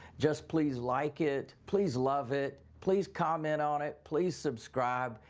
just please like it. please love it. please comment on it. please subscribe.